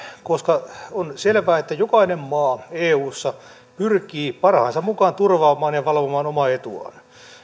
koska on selvää että jokainen maa eussa pyrkii parhaansa mukaan turvaamaan ja valvomaan omaa etuaan